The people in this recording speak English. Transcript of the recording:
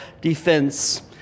defense